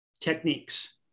techniques